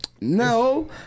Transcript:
No